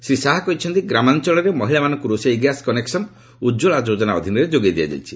ଶ୍ରୀ ଶାହା କହିଛନ୍ତି ଗ୍ରାମାଞଳରେ ମହିଳାମାନଙ୍କୁ ରୋଷେଇ ଗ୍ୟାସ୍ କନେକ୍ସନ୍ ଉକ୍କଳା ଯୋଜନା ଅଧୀନରେ ଯୋଗାଇ ଦିଆଯାଇଛି